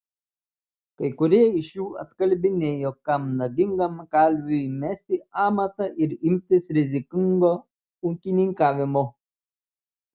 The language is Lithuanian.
kai kurie iš jų atkalbinėjo kam nagingam kalviui mesti amatą ir imtis rizikingo ūkininkavimo